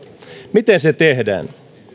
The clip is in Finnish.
miten se tehdään